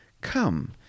Come